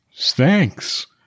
Thanks